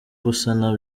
gusana